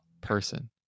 person